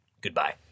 goodbye